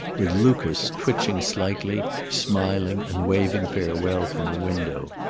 with lucas, twitching slightly, smiling and waving farewell from a window.